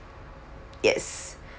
yes